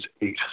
eight